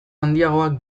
handiagoak